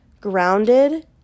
grounded